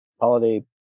holiday